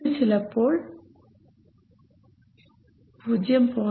ഇത് ചിലപ്പോൾ 0